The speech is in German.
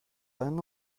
einen